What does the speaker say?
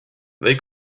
they